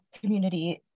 community